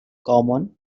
common